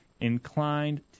inclined